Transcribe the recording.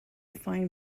fine